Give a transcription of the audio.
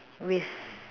with